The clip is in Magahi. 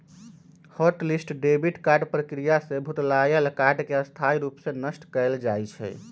हॉट लिस्ट डेबिट कार्ड प्रक्रिया से भुतलायल कार्ड के स्थाई रूप से नष्ट कएल जाइ छइ